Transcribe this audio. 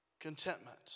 contentment